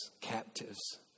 captives